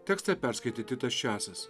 tekstą perskaitė titas česas